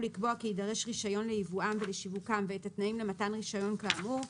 לקבוע כי יידרש רישיון לייבואם ולשיווקם ואת התנאים למתן רישיון כאמור,